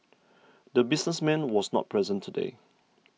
the businessman was not present today